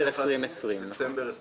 אני